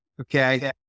Okay